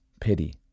pity